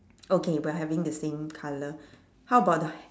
okay we're having the same colour how about the h~